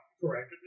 correct